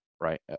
right